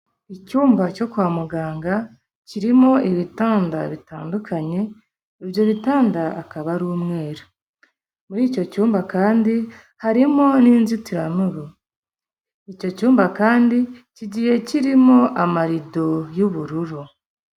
Icyumba cyo kwa muganga kirimo ibitanda bitandukanye, ibyo bitanda akaba ari umweru, muri icyo cyumba kandi harimo n'inzitiramubu, icyo cyumba kandi kigiye kirimo amarido y'ubururu.